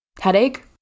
Headache